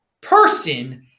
person